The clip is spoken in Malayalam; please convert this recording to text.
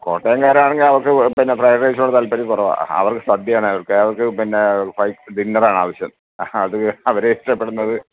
കോട്ടയംകാരാണെങ്കിൽ അവർക്ക് പിന്നെ ഫ്രൈഡ് റൈസിനോട് താല്പര്യം കുറവാ അവർക്ക് സദ്യയാണ് അവർക്ക് പിന്നെ വൈ ഡിന്നറാണ് ആവശ്യം അത് അവർ ഇഷ്ടപ്പെടുന്നത്